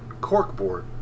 corkboard